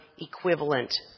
equivalent